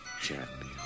champion